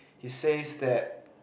it says that